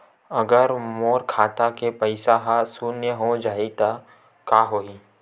अगर मोर खाता के पईसा ह शून्य हो जाही त का होही?